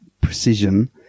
precision